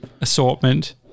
assortment